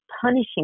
punishing